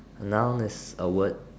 noun is a word